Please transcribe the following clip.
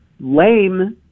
lame